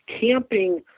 camping